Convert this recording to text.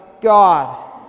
God